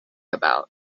about